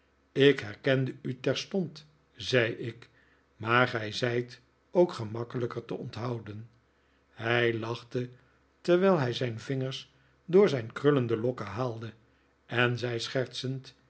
ik herkende u terstond zei ik maar gij zijt ook gemakkelijker te onthouden hij lachte terwijl hij zijn vingers door zijn krullende lokken haalde en zei schertsend